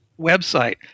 website